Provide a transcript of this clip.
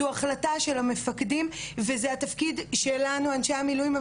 זו החלטה של המפקדים וזה התפקיד שלנו אנשי המילואים,